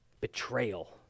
Betrayal